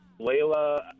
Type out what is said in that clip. Layla